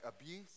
abuse